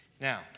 Now